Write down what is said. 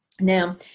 now